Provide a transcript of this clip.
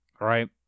right